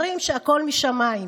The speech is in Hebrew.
אומרים שהכול משמיים,